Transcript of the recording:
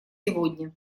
сегодня